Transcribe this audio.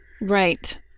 Right